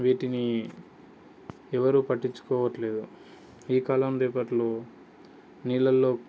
వీటిని ఎవరు పట్టించుకోవట్లేదు ఈ కాలం దగ్గరలో నీళ్ళల్లో